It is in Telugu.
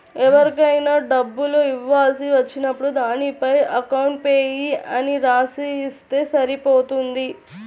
ఎవరికైనా డబ్బులు ఇవ్వాల్సి వచ్చినప్పుడు దానిపైన అకౌంట్ పేయీ అని రాసి ఇస్తే సరిపోతుంది